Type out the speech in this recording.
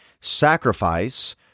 sacrifice